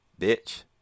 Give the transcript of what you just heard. bitch